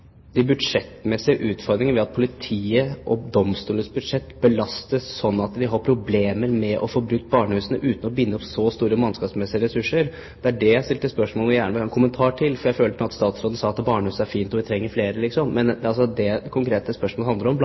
de budsjettmessige utfordringene ved at politiets og domstolenes budsjett belastes slik at vi har problemer med å få brukt barnehusene uten å binde opp så store mannskapsmessige ressurser. Det er det jeg stilte spørsmål om og gjerne vil ha en kommentar til. Jeg følte at statsråden nå sa at barnehus er fint, og vi trenger flere. Men det som spørsmålet konkret handler om, er